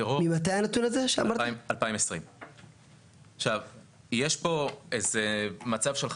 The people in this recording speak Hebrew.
המשמעות זה בערך כ-1,500 שקלים שהוא צריך לשלם בפועל